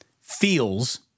feels